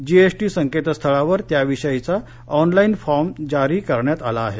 GST संकेतस्थळावर त्याविषयीचा online form जारी करण्यात आला आहे